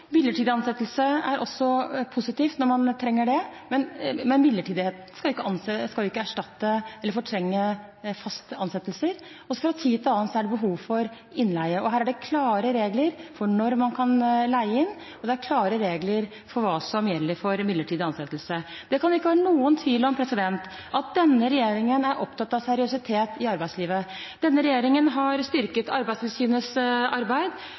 Midlertidig ansettelse er også positivt når man trenger det. Men midlertidighet skal ikke erstatte eller fortrenge fast ansettelse, og fra tid til annen er det behov for innleie. Her er det klare regler for når man kan leie inn, og det er klare regler for hva som gjelder for midlertidig ansettelse. Det kan ikke være noen tvil om at denne regjeringen er opptatt av seriøsitet i arbeidslivet. Denne regjeringen har styrket Arbeidstilsynets arbeid,